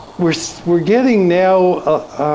we're so we're getting now,